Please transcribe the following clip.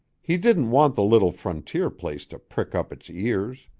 he didn't want the little frontier place to prick up its ears.